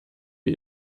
wir